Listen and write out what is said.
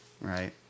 right